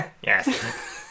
Yes